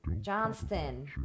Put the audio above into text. Johnston